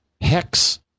hex